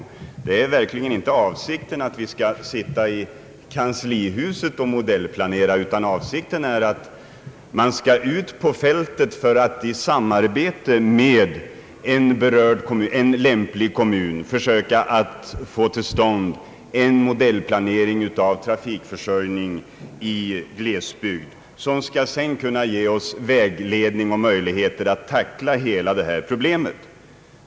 Avsikten är emellertid verkligen inte att vi skall sitta i kanslihuset och modellplanera, utan avsikten är att vi skall ut på fältet för att i samarbete med en lämplig kommun försöka få till stånd en modellplanering av trafikförsörjningen i glesbygder, vilken planering sedan skall kunna ge oss vägledning och möjligheter att tackla hela detta problem.